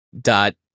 dot